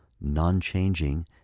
non-changing